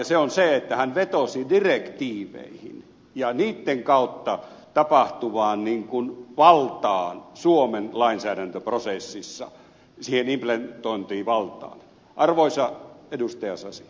se on se että hän vetosi direktiiveihin ja niitten kautta tapahtuvaan valtaan suomen lainsäädäntöprosessissa siihen implementointivaltaan